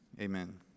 Amen